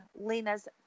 Lena's